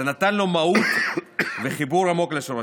זה נתן לו מהות וחיבור עמוק לשורשים.